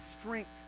strength